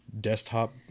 desktop